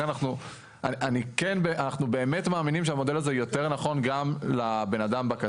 אנחנו באמת מאמינים שהמודל הזה יותר נכן גם לבן אדם בקצה.